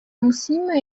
musíme